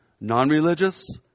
non-religious